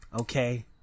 Okay